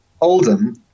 oldham